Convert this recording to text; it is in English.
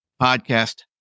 podcast